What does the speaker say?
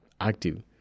active